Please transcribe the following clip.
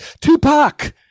tupac